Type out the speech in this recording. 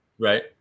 Right